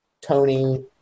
Tony